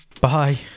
bye